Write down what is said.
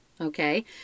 okay